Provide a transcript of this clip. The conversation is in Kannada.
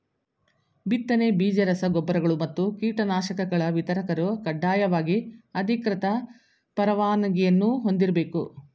ಬಿತ್ತನೆ ಬೀಜ ರಸ ಗೊಬ್ಬರಗಳು ಮತ್ತು ಕೀಟನಾಶಕಗಳ ವಿತರಕರು ಕಡ್ಡಾಯವಾಗಿ ಅಧಿಕೃತ ಪರವಾನಗಿಯನ್ನೂ ಹೊಂದಿರ್ಬೇಕು